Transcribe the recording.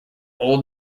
old